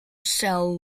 sell